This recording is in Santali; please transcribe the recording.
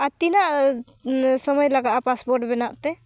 ᱟᱨ ᱛᱤᱱᱟᱹᱜ ᱥᱚᱢᱚᱭ ᱞᱟᱜᱟᱜᱼᱟ ᱯᱟᱥᱯᱳᱨᱴ ᱵᱮᱱᱟᱜ ᱛᱮ